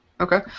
okay